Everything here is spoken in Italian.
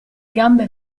gambe